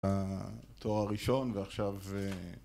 ‫התואר הראשון, ועכשיו...